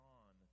on